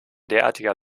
derartiger